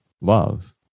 love